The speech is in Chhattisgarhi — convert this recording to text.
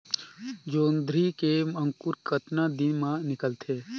जोंदरी के अंकुर कतना दिन मां निकलथे?